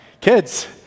Kids